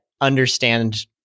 understand